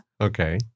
Okay